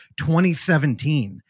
2017